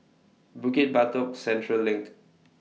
Bukit Batok Central LINK